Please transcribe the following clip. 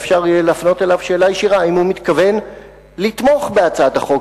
ואפשר יהיה להפנות אליו שאלה ישירה: האם הוא מתכוון לתמוך בהצעת החוק